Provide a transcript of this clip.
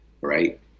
right